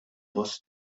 post